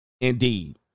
Indeed